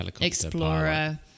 explorer